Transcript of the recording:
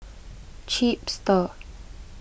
chipster